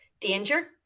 danger